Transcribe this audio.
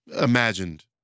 Imagined